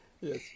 Yes